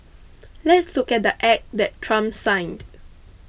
let's look at the Act that Trump signed